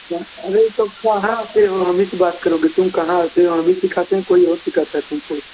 क्या अरे तो कहाँ कोई हम ही से बात करोगे तुम कहाँ क्यों हम ही सिखाते है कोई और सिखाता है तुम को